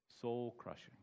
soul-crushing